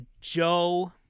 Joe